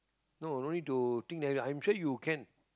no no need to think there I'm sure you can